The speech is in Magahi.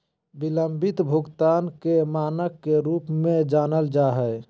बिलम्बित भुगतान के मानक के रूप में जानल जा हइ